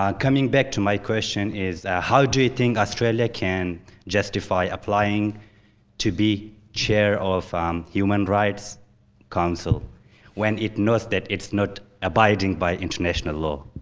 um coming back to my question, how do you think australia can justify applying to be chair of um human rights council when it knows that it's not abiding by international law?